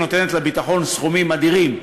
נותנת לביטחון סכומים אדירים,